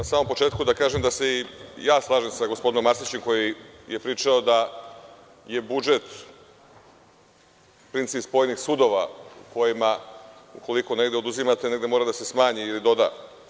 Samo na početku da kažem da se i ja slažem sa gospodinom Arsićem koji je pričao da je budžet princip spojenih sudova kojima ukoliko negde oduzimate, negde mora da se smanji ili doda.